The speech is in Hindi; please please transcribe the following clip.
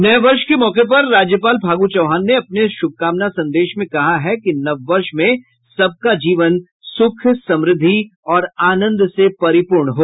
नये वर्ष के मौके पर राज्यपाल फागू चौहान ने अपने शुभकामना संदेश में कहा है कि नव वर्ष में सब का जीवन सुख समृद्धि और आनंद से परिपूर्ण हो